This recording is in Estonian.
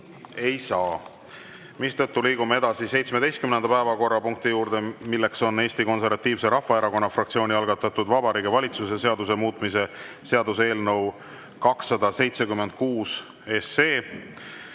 ei saa. Liigume edasi 17. päevakorrapunkti juurde, milleks on Eesti Konservatiivse Rahvaerakonna fraktsiooni algatatud Vabariigi Valitsuse seaduse muutmise seaduse eelnõu 276.